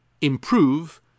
improve